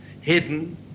hidden